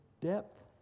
depth